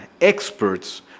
experts